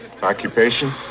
Occupation